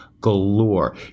galore